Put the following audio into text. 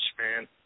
man